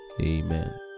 Amen